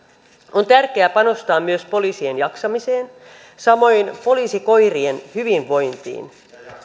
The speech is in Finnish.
on tärkeää panostaa myös poliisien jaksamiseen samoin poliisikoirien hyvinvointiin